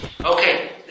Okay